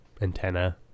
antenna